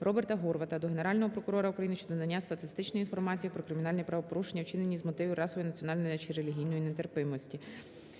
Роберта Горвата до Генерального прокурора України щодо надання статистичної інформації про кримінальні правопорушення, вчинені з мотивів расової, національної чи релігійної нетерпимості.